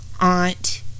aunt